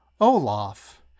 Olaf